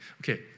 Okay